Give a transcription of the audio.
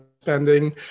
spending